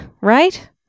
Right